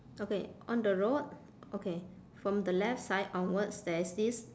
okay on the road okay from the left side onwards there is this